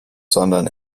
sondern